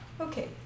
Okay